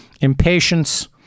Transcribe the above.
impatience